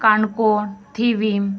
Canacona Thivim